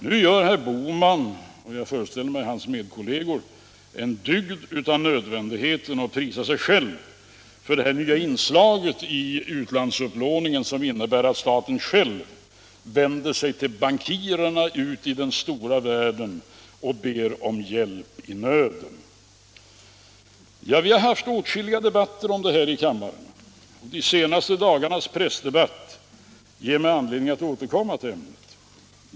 Nu gör herr Bohman, och jag föreställer mig också hans kolleger, en dygd av nödvändigheten och prisar sig själva för detta nya inslag i utlandsupplåningen, som innebär att staten själv vänder sig till bankirerna ute i den stora världen och ber om hjälp i nöden. Vi har haft åtskilliga debatter i kammaren om det här. De senaste dagarnas pressdebatt ger mig anledning att återkomma till ämnet.